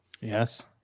Yes